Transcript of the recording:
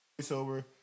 voiceover